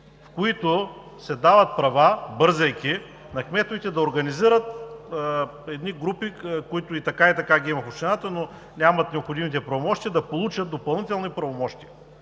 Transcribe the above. с които се дават права, бързайки, на кметовете да организират едни групи, които и така и така ги има в общината, но нямат необходимите правомощия, да получат допълнителни правомощия.